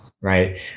right